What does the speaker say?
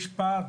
יש פער.